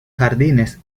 jardines